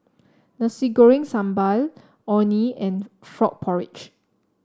Nasi Goreng Sambal Orh Nee and Frog Porridge